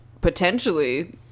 potentially